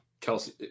Kelsey